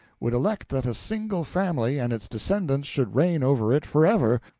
would elect that a single family and its descendants should reign over it forever,